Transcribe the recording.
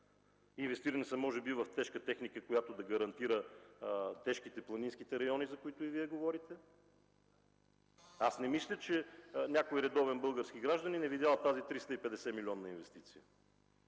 инвестирани в тежка техника, която да гарантира работата в тежките и планинските райони, за които и Вие говорите. Не мисля, че някой редовен български гражданин е видял тази 350-милионна инвестиция.